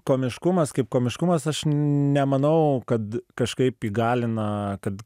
komiškumas kaip komiškumas aš nemanau kad kažkaip įgalina kad